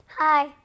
Hi